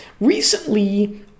Recently